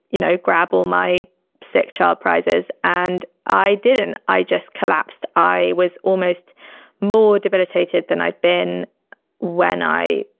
you know, grab all my sick child prizes. and i didn't. i just collapsed. i was almost more debilitated than i'd been when i,